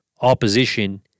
opposition